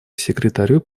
секретарю